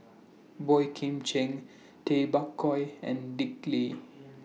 Boey Kim Cheng Tay Bak Koi and Dick Lee